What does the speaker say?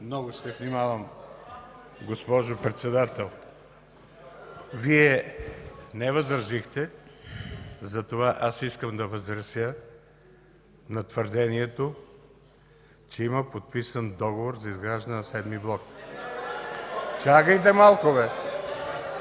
Много ще внимавам, госпожо Председател. Вие не възразихте, затова аз искам да възразя на твърдението, че има подписан договор за изграждане на VІІ блок. (Силен